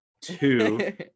Two